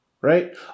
Right